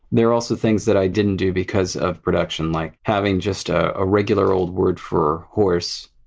there are also things that i didn't do because of production like having just a ah regular old word for! horse,